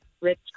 rich